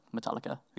Metallica